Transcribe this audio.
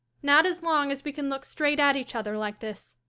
not as long as we can look straight at each other like this.